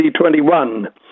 2021